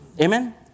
Amen